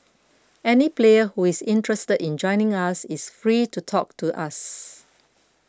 any player who is interested in joining us is free to talk to us